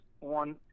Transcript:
on